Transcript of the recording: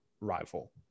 rival